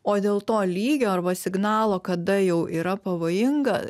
o dėl to lygio arba signalo kada jau yra pavojinga